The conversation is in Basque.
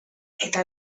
eta